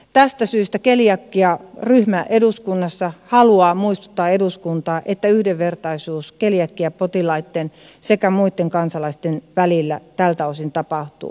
tästä syystä keliakiaryhmä eduskunnassa haluaa muistuttaa eduskuntaa että yhdenvertaisuus keliakiapotilaitten sekä muitten kansalaisten välillä tältä osin tapahtuu